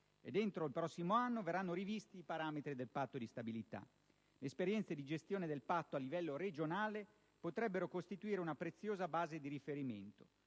e entro il prossimo anno verranno rivisti i parametri del Patto di stabilità. Le esperienze di gestione del Patto a livello regionale potrebbero costituire una preziosa base di riferimento.